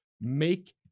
make